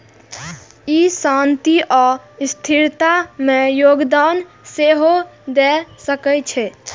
ई शांति आ स्थिरता मे योगदान सेहो दए सकै छै